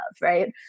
right